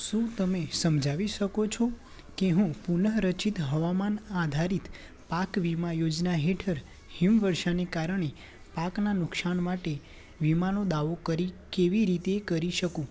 શું તમે સમજાવી શકો છો કે હું પુનઃરચિત હવામાન આધારિત પાક વીમા યોજના હેઠળ હિમવર્ષાને કારણે પાકના નુકસાન માટે વીમાનો દાવો કરી કેવી રીતે કરી શકું